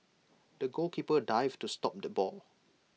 the goalkeeper dived to stop the ball